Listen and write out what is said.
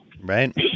Right